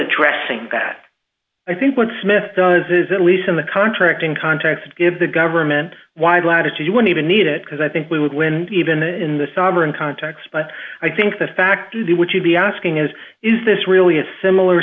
addressing that i think what smith does is at least in the contracting context give the government wide latitude you want even need it because i think we would win even in the sovereign context but i think the fact you do would you be asking is is this really a similar